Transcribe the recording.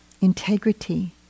integrity